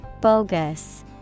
Bogus